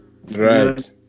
Right